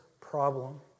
problem